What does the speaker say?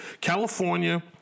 California